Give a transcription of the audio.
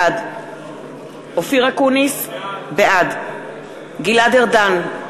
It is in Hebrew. בעד אופיר אקוניס, בעד גלעד ארדן,